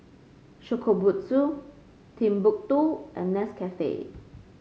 Shokubutsu Timbuk two and Nescafe